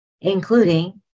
including